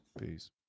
Peace